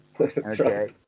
okay